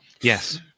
Yes